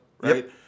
right